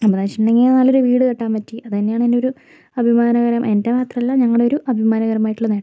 എന്താന്ന് വച്ചിട്ടുണ്ടെങ്കിൽ നല്ലൊരു വീട് കെട്ടാൻ പറ്റി അത് തന്നെയാണ് എൻ്റെ ഒരു അഭിമാനകരമായ എൻ്റെ മാത്രമല്ല ഞങ്ങളുടെ ഒരു അഭിമാനകരമായിട്ടുള്ള നേട്ടം